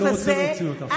היישובים האלה,